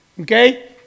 Okay